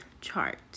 chart